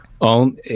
Own